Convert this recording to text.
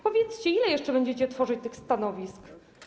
Powiedzcie, ile jeszcze będziecie tworzyć tych stanowisk.